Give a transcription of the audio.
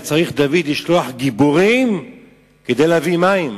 דוד היה צריך לשלוח גיבורים כדי להביא מים.